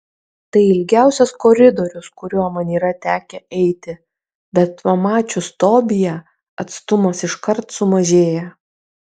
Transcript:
tai ilgiausias koridorius kuriuo man yra tekę eiti bet pamačius tobiją atstumas iškart sumažėja